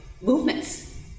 movements